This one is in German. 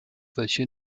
welche